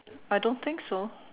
I don't think so